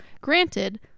granted